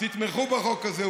תתמכו בחוק הזה.